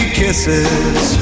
kisses